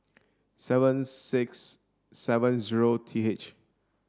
seven six seven zero T H